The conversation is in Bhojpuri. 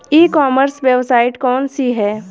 ई कॉमर्स वेबसाइट कौन सी है?